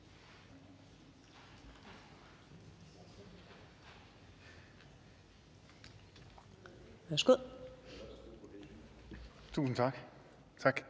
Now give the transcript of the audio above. Tusind tak.